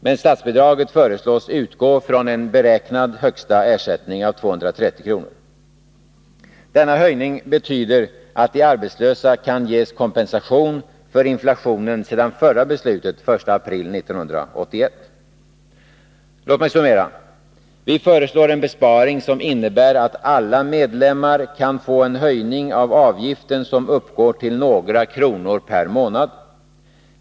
Men statsbidraget föreslås utgå från en beräknad högsta ersättning av 230 kr. Denna höjning betyder att de arbetslösa kan ges kompensation för inflationen sedan det förra beslutet den 1 april 1981. Låt mig summera: Vi föreslår en besparing som innebär att alla medlemmar kan få en höjning av avgiften som uppgår till några kronor per månad.